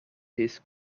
his